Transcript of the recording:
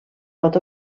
pot